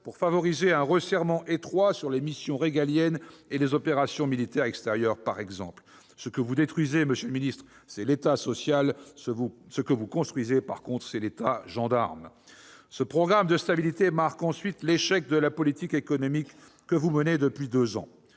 pour favoriser un resserrement étroit sur les missions régaliennes et les opérations militaires extérieures, par exemple. Monsieur le ministre, ce que vous détruisez, c'est l'État social ; ce que vous construisez, c'est l'État gendarme. Ce programme de stabilité marque, par ailleurs, l'échec de la politique économique que vous menez depuis deux ans.